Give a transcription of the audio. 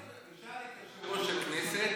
תשאל את יושב-ראש הכנסת